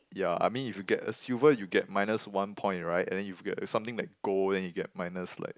yeah I mean if you get a silver you get minus one point right and then if you get something like gold then you get minus like